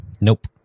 Nope